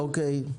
אוקיי,